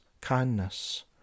kindness